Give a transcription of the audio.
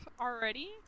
already